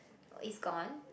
is gone